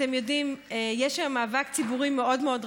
אתם יודעים, יש היום מאבק ציבורי מאוד מאוד רחב,